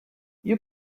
you